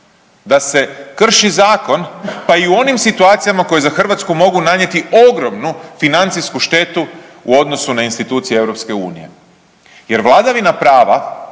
da se krši Zakon pa i u onim situacijama koje za Hrvatsku mogu nanijeti ogromnu financijsku štetu u odnosu na institucije Europske unije. Jer vladavina prava